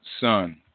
son